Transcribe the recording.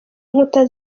inkuta